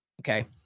Okay